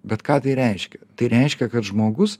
bet ką tai reiškia tai reiškia kad žmogus